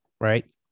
right